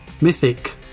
Mythic